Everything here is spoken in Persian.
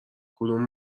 کدوم